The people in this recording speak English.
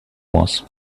was